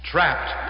Trapped